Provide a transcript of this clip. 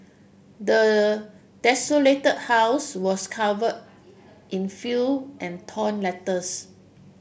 the desolated house was covered in and torn letters